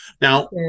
now